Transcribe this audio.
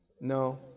No